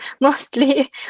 mostly